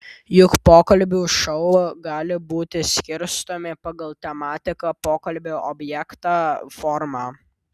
juk pokalbių šou gali būti skirstomi pagal tematiką pokalbio objektą formą